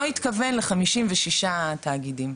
לא התכוון ל- 56 תאגידים,